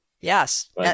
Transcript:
Yes